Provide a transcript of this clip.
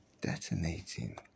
Detonating